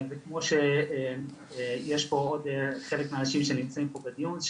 וכמו שיש פה עוד חלק מהאנשים שנמצאים פה בדיון,